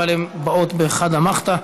אבל הן באות בחדא מחתא.